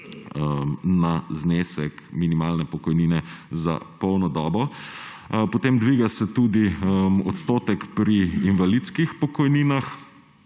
na znesek minimalne pokojnine za polno dobo. Dviga se tudi odstotek pri invalidskih pokojninah,